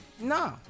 no